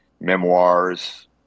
memoirs